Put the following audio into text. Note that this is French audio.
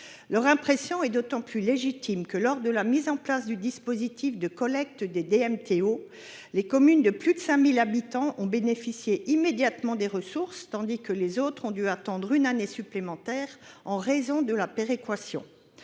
Leur impression est d’autant plus légitime que, lors de la mise en place du dispositif de collecte des DMTO, les grandes communes de plus de 5 000 habitants ont bénéficié immédiatement des ressources, tandis que les autres ont dû attendre une année supplémentaire en raison de la péréquation.